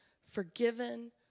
forgiven